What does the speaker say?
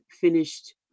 finished